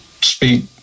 speak